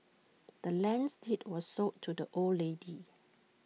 the land's deed was sold to the old lady